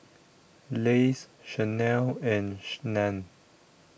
Lays Chanel and NAN